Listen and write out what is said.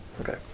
Okay